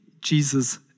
Jesus